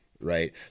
right